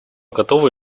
готовы